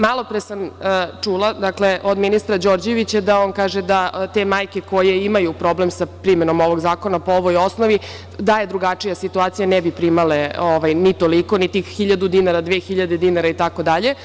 Malopre sam čula, dakle, od ministra Đorđevića da on kaže da te majke koje imaju problem sa primenom ovog zakona po ovoj osnovi, da je drugačija situacija ne bi primale ni toliko, ni tih hiljadu, dve dinara itd.